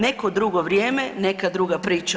Neko drugo vrijeme, neka druga priča.